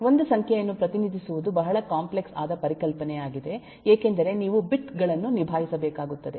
ಒಂದು ಸಂಖ್ಯೆಯನ್ನು ಪ್ರತಿನಿಧಿಸುವುದು ಬಹಳ ಕಾಂಪ್ಲೆಕ್ಸ್ ಆದ ಪರಿಕಲ್ಪನೆಯಾಗಿದೆ ಏಕೆಂದರೆ ನೀವು ಬಿಟ್ ಗಳನ್ನು ನಿಭಾಯಿಸಬೇಕಾಗುತ್ತದೆ